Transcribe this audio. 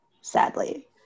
sadly